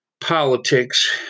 politics